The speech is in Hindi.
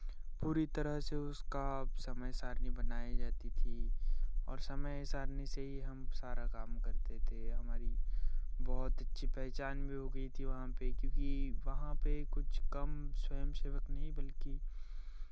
पूरी तरह से उसका समय सारणी बनाई जाती थी और समय सारणी से ही हम सारा काम करते थे हमारी बहुत अच्छी पहचान भी हो गई थी वहाँ पे क्योंकि वहाँ पे कुछ कम स्वयं सेवक नहीं बल्कि